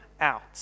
out